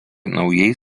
naujai